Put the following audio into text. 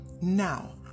Now